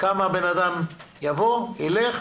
כמה הבן-אדם יבוא, ילך.